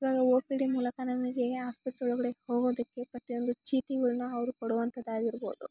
ಇವಾಗ O P D ಮೂಲಕ ನಮಗೆ ಆಸ್ಪತ್ರೆಯೊಳಗಡೆ ಹೋಗೋದಕ್ಕೆ ಪ್ರತಿಯೊಂದು ಚೀಟಿಗಳ್ನ ಅವರು ಕೊಡುವಂಥದ್ದಾಗಿರ್ಬೋದು